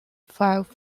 five